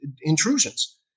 intrusions